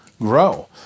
grow